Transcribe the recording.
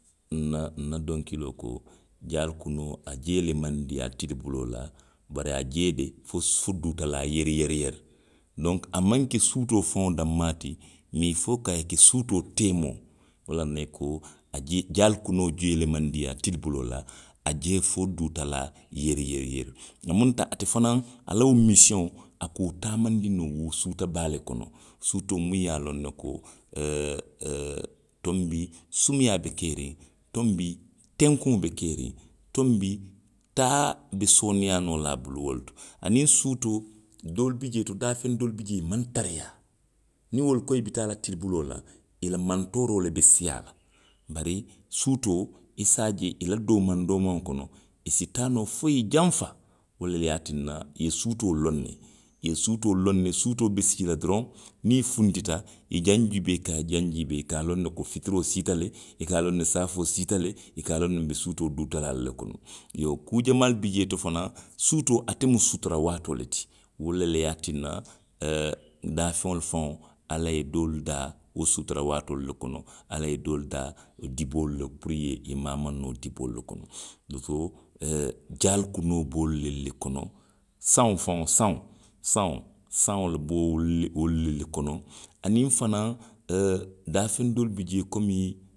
Nna, nna donkiloo ko: jaali kunoo, a jee le maŋ diiyaa tilibiloo la, bari a jee de fo suu, fo duutalaa yeri yeri yeri. Donku, a maŋ ke suutoo faŋo danmaa ti, mee ili foo ko a ye ke suutoo teemoo, wo laŋ na i ko a jee, jaali kunoo jee le maŋ diiyaa tilibiloo la, a jee fo duutalaa yeri yeri yeri. A munta ate fanaŋ, a la wo misiyoŋo, a ka wo taamandi noo wo suuta baa le kono. Suutoo muŋ ye a loŋ ne ko. oo, oo. tonbi sumuyaa be keeriŋ. tonbi, tenkuŋo be keeriŋ. tonbi taa be sooneyaa noo la a bulu wo le to. Aniŋ suutoo. doolu bi jee to, daafeŋ doolu bi jee, i maŋ tariyaa. niŋ wolu ko i bi taa la tilibiloo la, i la mantooroo le be siiyaa la. bari suutoo. i se a je i la doomaŋ doomaŋo kono. i si taa noo fo i ye janfa, wo lelu ye a tinna i ye suutoo loŋ ne, i ye suutoo loŋ ne, suutoo be sii la doroŋ, niŋ i funtita. i jaw jiibee. i ka jaŋ jiibee, i ka a loŋ ne ko fitiroo siita le, i ka a loŋ ne ko saafoo siita le. i ka a loŋ ne nbe suutoo duutalaalu le kono. Iyoo kuu jamaalu bi jee, suutoo, ate lemu sutura waatoo le ti, wo lelu ye a tinna, daafeŋolu faŋo, ala ye doolu daa wo sutura waatoolu le kono, ala ye doolu daa diboolu le kono puru i ye maamaŋ diboolu le kono. Woto. oo, jaali kunoo be wolu lelu kono. Saŋo faŋo saŋo, saŋo, saŋo be wolu, wolu lelu kono. Aniŋ fanaŋ, oo, daafeŋ doolu bi jee. komiw